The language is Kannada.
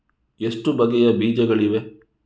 ಎಷ್ಟು ಬಗೆಯ ಬೀಜಗಳಿವೆ?